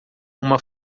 uma